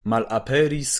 malaperis